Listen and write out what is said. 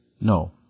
no